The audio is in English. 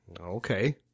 Okay